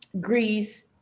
Greece